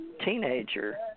teenager